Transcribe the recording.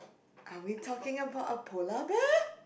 are we talking abut a polar bear